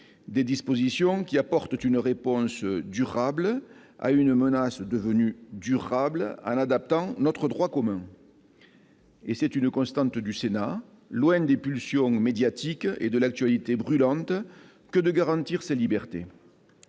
des dispositions qui apportent une réponse durable à une menace devenue durable en adaptant notre droit commun. Et c'est une constante du Sénat, loin des pulsions médiatiques et de l'actualité brûlante, que de garantir ces libertés.